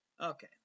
Okay